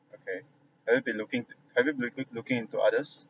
okay have you been looking to have you been looking looking into others